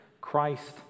Christ